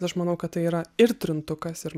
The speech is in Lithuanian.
aš manau kad tai yra ir trintukas ir